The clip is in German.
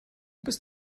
bist